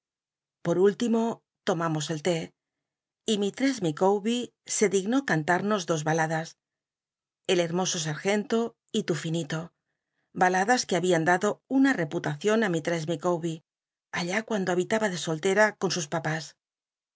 por último lomamos el té y mish'css licawber se dignó cantarnos dos haladas el llennoso sargento y tll inito baladas que habian dado una l'epulacion á mistacss llficawbci allti cuando habitaba de soltcra con sus papás